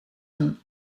een